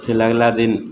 फिर अगला दिन